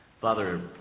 Father